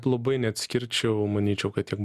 labai neatskirčiau manyčiau kad tiek